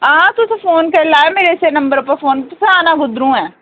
हां तुस फोन कर लैएओ मेरे इस्सै नंबर पर तुस आना कुद्धरं ऐ